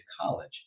college